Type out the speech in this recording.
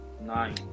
nine